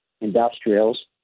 industrials